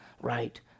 right